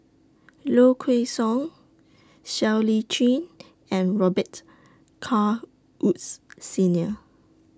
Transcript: Low Kway Song Siow Lee Chin and Robet Carr Woods Senior